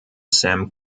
sam